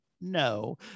No